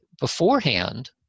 beforehand